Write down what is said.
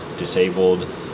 Disabled